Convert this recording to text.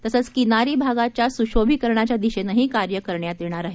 तसंच किनारी भागाच्या सुशोभीकरणाच्या दिशेनंही कार्य करण्यात येत आहे